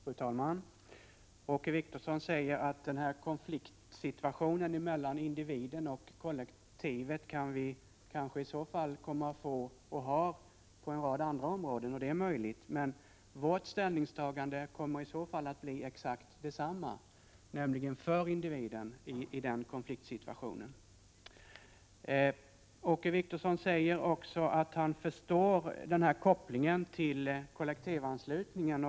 Fru talman! Åke Wictorsson säger att konflikten mellan individer och kollektiv kan komma att uppstå på en rad andra områden. Det är möjligt, men vårt ställningstagande i den situationen kommer att blir exakt detsamma som nu, nämligen för individen. Åke Wictorsson säger också att han förstår kopplingen till kollektivanslutningen.